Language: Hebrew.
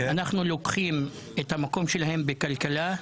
אנחנו לוקחים את המקום שלהם בכלכלה,